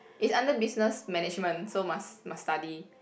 it's under business management so must must study